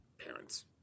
parents